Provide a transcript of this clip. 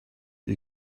you